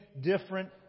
different